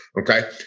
Okay